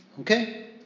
Okay